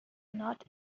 not